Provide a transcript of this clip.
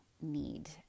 need